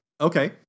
Okay